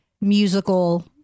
musical